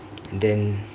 and then